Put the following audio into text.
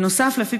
נוסף על כך,